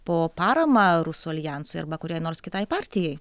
po parama rusų aljansui arba kuriai nors kitai partijai